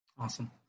Awesome